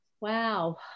Wow